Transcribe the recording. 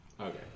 Okay